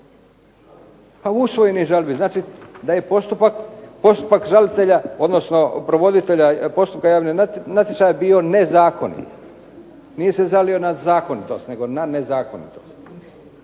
usvojenih žalbi, znači daje postupak provoditelja postupka javnog natječaja bio nezakonit. Nije se žalio na zakonitost, nego na nezakonitost.